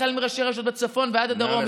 החל מראשי רשויות בצפון ועד הדרום,